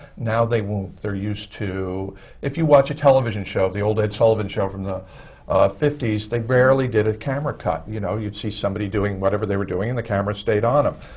now, they won't. they're used to if you watch a television show, the old ed sullivan show from the fifty s, they rarely did a camera cut. and you know? you'd see somebody doing whatever they were doing, and the camera stayed on em.